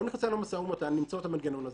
לא נכנסה למשא ומתן למצוא את המנגנון הזה,